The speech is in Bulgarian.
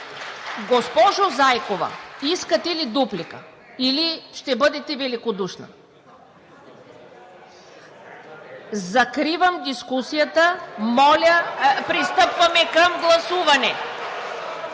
Госпожо Зайкова, искате ли дуплика, или ще бъдете великодушна? Закривам дискусията. Моля, пристъпваме към гласуване.